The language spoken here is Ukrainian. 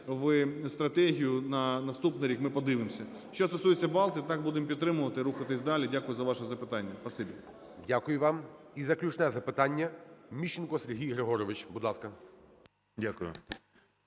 в стратегію на наступний рік, ми подивимося. Що стосується Балти, так, будемо підтримувати, рухатись далі. Дякую за вашу запитання. Спасибі. ГОЛОВУЮЧИЙ. Дякую вам. І заключне запитання. Міщенко Сергій Григорович. Будь